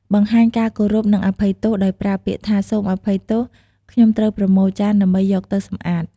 បង្ហាញការគោរពនិងអភ័យទោសដោយប្រើពាក្យថា "សូមអភ័យទោស ខ្ញុំត្រូវប្រមូលចានដើម្បីយកទៅសម្អាត"។